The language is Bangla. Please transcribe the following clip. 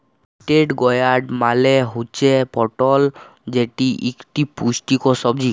পলিটেড গয়ার্ড মালে হুচ্যে পটল যেটি ইকটি পুষ্টিকর সবজি